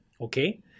Okay